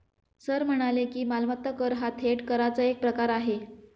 sir म्हणाले की, मालमत्ता कर हा थेट कराचा एक प्रकार आहे